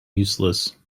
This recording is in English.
useless